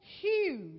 huge